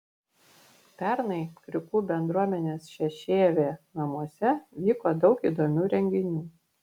pernai kriukų bendruomenės šešėvė namuose vyko daug įdomių renginių